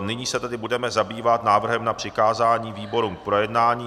Nyní se tedy budeme zabývat návrhem na přikázání výborům k projednání.